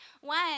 one